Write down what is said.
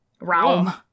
realm